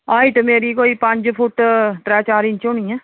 height मेरी कोई पंज फुट्ट त्रै चार इंच होनी ऐ